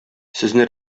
сезне